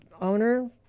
owner